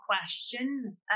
question